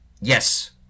Yes